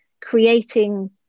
creating